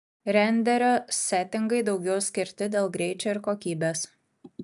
renderio setingai daugiau skirti dėl greičio ir kokybės